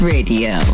Radio